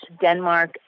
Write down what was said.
Denmark